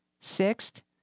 Sixth